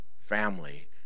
family